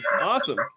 awesome